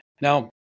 Now